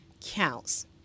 counts